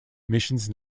missions